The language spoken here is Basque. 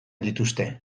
dituzte